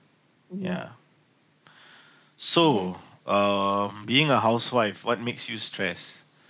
yeah so um being a housewife what makes you stressed